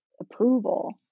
approval